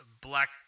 Black